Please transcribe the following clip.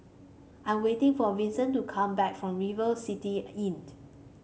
I'm waiting for Vinson to come back from River City Inn